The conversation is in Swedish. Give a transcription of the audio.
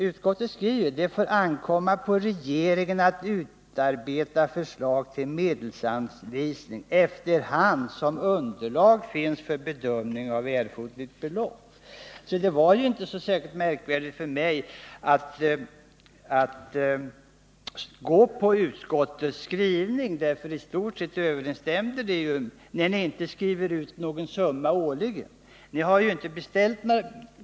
Utskottet skriver: ”Det får ankomma på regeringen att utarbeta förslag till medelsanvisning efter hand som underlag finns för bedömning av erforderligt belopp.” Det var därför inte särskilt märkvärdigt för mig att gå på utskottets skrivning. Den överensstämde ju i stort sett med min uppfattning, när ni inte angett någon årlig summa.